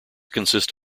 consist